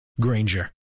Granger